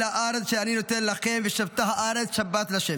הארץ אשר אני נֹתן לכם ושבתה הארץ שבת לה'.